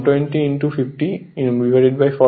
সুতরাং ns 120 50 4